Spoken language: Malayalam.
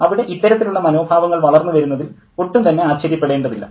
അവിടെ ഇത്തരത്തിലുള്ള മനോഭാവങ്ങൾ വളർന്നു വരുന്നതിൽ ഒട്ടും തന്നെ ആശ്ചര്യപ്പെടേണ്ടതില്ല